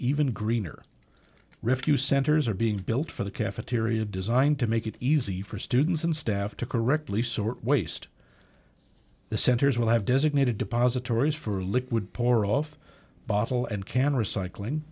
even greener refuse centers are being built for the cafeteria designed to make it easy for students and staff to correctly sort waste the centers will have designated depositories for liquid pour off bottle and can recycling